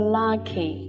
lucky